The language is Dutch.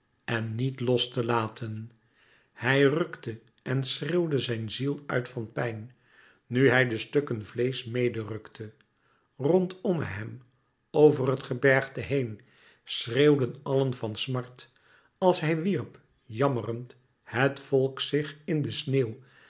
en niet los te laten hij rukte en schreeuwde zijn ziel uit van pijn nu hij de stukken vleesch mede rukte rondomme hem over het gebergte heen schreeuwden allen van smart als hij wierp jammerend het volk zich in de sneeuw